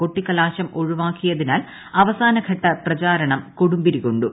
കൊട്ടിക്കലാശം ഒഴിപ്പുക്കിയതിനാൽ അവസാന ഘട്ട പ്രചാരണം കൊടുമ്പിരി കൊണ്ടു